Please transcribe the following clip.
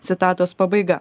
citatos pabaiga